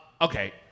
Okay